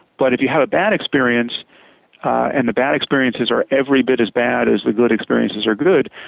but if you have a bad experience and the bad experiences are every bit as bad as the good experiences are good,